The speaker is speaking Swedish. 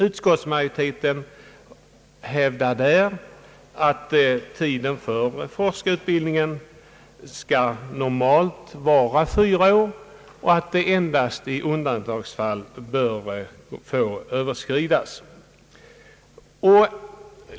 Utskottsmajoriteten hävdar att tiden för forskarutbildningen normalt skall vara fyra år och att den tiden endast i undantagsfall bör få överskridas.